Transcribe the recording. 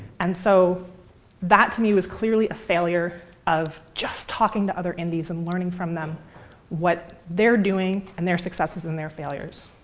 and so that, to me, was clearly a failure of just talking to other indies and learning from them what they're doing and their successes and their failures.